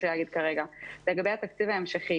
לגבי התקציב ההמשכי